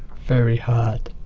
very hard.